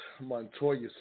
Montoya